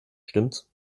stimmts